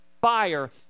fire